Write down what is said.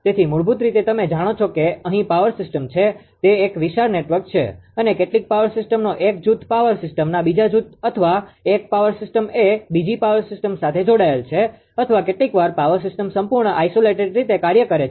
તેથી મૂળભૂત રીતે તમે જાણો છો કે અહીં પાવર સિસ્ટમ છે તે એક વિશાળ નેટવર્ક છે અને કેટલીક પાવર સિસ્ટમનો એક જૂથ પાવર સિસ્ટમના બીજા જૂથ અથવા એક પાવર સિસ્ટમ એ બીજી પાવર સિસ્ટમ સાથે જોડાયેલ છે અથવા કેટલીકવાર પાવર સિસ્ટમ સંપૂર્ણ આઇસોલેટેડ રીતે કાર્ય કરે છે